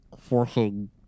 forcing